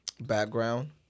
background